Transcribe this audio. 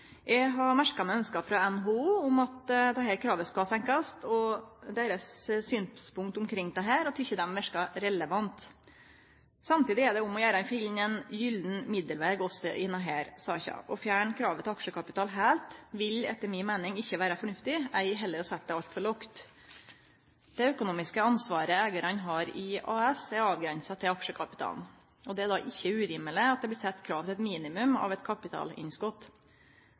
Eg har merka meg ønska frå NHO om at dette kravet skal senkast og deira synspunkt omkring dette, og eg tykkjer desse verkar relevante. Samstundes er det om å gjere å finne ein gylden middelveg også i denne saka. Å fjerne kravet til aksjekapital heilt vil etter mi meining ikkje vere fornuftig, ei heller å setje det altfor lågt. Det økonomiske ansvaret eigarane har i AS, er avgrensa til aksjekapitalen, og det er da ikkje urimeleg at det blir sett krav til eit minimum av eit